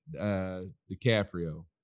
DiCaprio